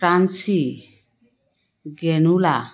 crunchy granola